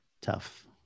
Tough